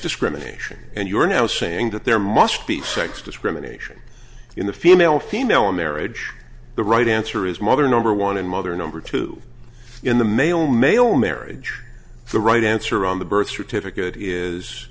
discrimination and you're now saying that there must be sex discrimination in the female female in marriage the right answer is mother number one and mother number two in the male male marriage the right answer on the birth certificate is